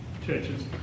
churches